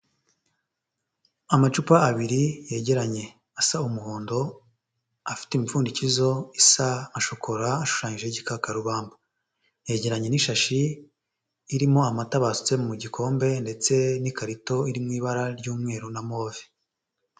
Amacupa abiri yegeranye, asa umuhondo afite imipfundikizo isa nka shokora, ashushanyijeho igikakarubamba, yegeranye n'ishashi irimo amata basutse mu gikombe ndetse n'ikarito iri mu ibara ry'umweru na move.